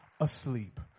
asleep